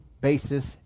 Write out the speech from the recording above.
basis